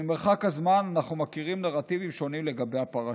ממרחק הזמן אנחנו מכירים נרטיבים שונים לגבי הפרשה.